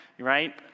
right